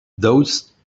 those